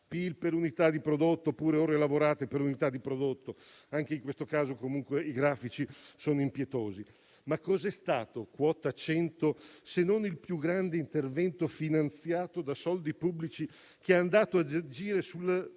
(PIL per unità di prodotto, oppure ore lavorate per unità di prodotto e anche in questo caso i grafici sono impietosi). Ma cosa è stato quota 100 se non il più grande intervento finanziato da soldi pubblici che è andato ad agire